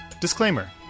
Disclaimer